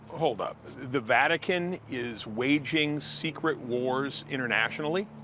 hold up. the vatican is waging secret wars internationally?